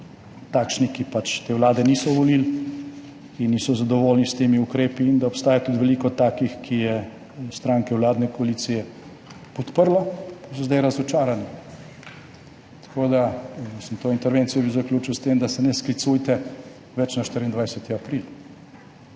takšni, ki te vlade niso volili in niso zadovoljni s temi ukrepi, in da obstaja tudi veliko takih, ki je stranke vladne koalicije podprlo, pa so zdaj razočarani. To intervencijo bi zaključil s tem, da se ne sklicujte več na 24. april.